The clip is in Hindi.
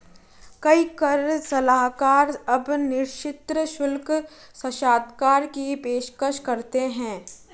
कई कर सलाहकार अब निश्चित शुल्क साक्षात्कार की पेशकश करते हैं